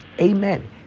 amen